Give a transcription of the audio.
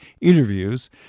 interviews